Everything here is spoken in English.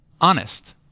honest